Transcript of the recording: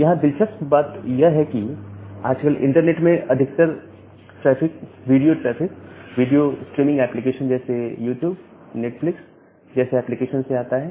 यहां दिलचस्प बात यह है कि आजकल इंटरनेट में अधिकतर traffic video traffic video streaming application जैसे यूट्यूब नेटफ्लिक्स जैसे एप्लीकेशन से आता है